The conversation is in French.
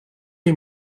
les